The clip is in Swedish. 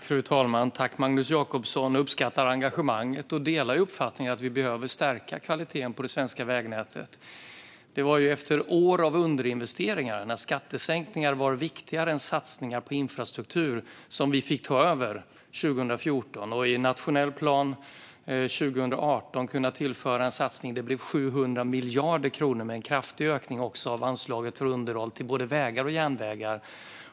Fru talman! Jag uppskattar engagemanget, Magnus Jacobsson, och delar uppfattningen att vi behöver stärka kvaliteten på det svenska vägnätet. Det var ju efter år av underinvesteringar, när skattesänkningar var viktigare än satsningar på infrastruktur, som vi fick ta över 2014. I nationell plan 2018 kunde vi tillföra en satsning. Det blev 700 miljarder kronor, med en kraftig ökning också av anslaget för underhåll av både vägar och järnvägar.